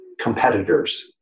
competitors